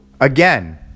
again